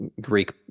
Greek